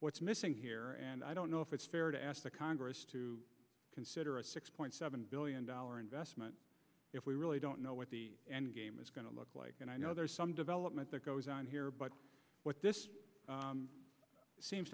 what's missing here and i don't know if it's fair to ask the congress to consider a six point seven billion dollar investment if we really don't know what the end game is going to look like and i know there's some development that goes on here but what this seems